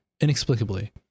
inexplicably